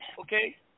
okay